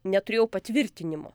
neturėjau patvirtinimo